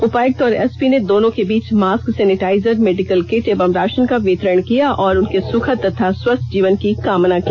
उपायुक्त और एसपी ने दोनों के बीच मास्क र्सेनेटाइजर मेडिकल किट एवं राशन का वितरण किया और उनके सुखद तथा स्वस्थ जीवन की कामना की